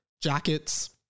jackets